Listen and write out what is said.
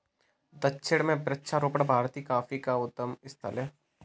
दक्षिण में वृक्षारोपण भारतीय कॉफी का उद्गम स्थल है